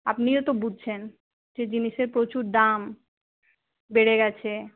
আপনিও তো বুঝছেন যে জিনিসের প্রচুর দাম বেড়ে গেছে